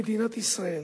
במדינת ישראל,